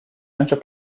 center